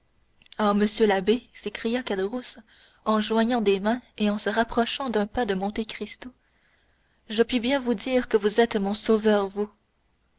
ah monsieur l'abbé s'écria caderousse en joignant les mains et en se rapprochant d'un pas de monte cristo je puis bien vous dire que vous êtes mon sauveur vous